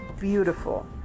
beautiful